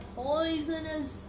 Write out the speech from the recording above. poisonous